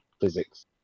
physics